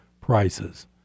prices